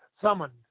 summoned